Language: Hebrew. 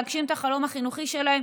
להגשים את החלום החינוכי שלהם.